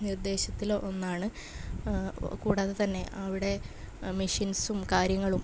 നിർദ്ദേശത്തിൽ ഒന്നാണ് കൂടാതെ തന്നെ അവിടെ മെഷീൻസ്സും കാര്യങ്ങളും